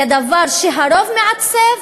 זה דבר שהרוב מעצב,